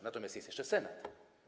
Natomiast jest jeszcze Senat.